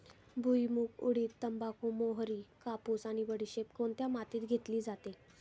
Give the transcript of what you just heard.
भुईमूग, उडीद, तंबाखू, मोहरी, कापूस आणि बडीशेप कोणत्या मातीत घेतली जाते?